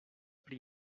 pri